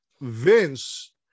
Vince